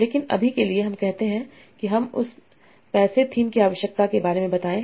लेकिन अभी के लिए हम कहते हैं कि हम उस मनी थीम की आवश्यकता के बारे में बताएं